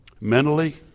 Mentally